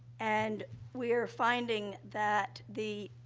and we're finding that the,